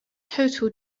total